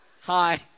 Hi